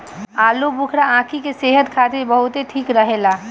आलूबुखारा आंखी के सेहत खातिर बहुते ठीक रहेला